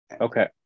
Okay